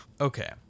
Okay